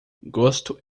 gosto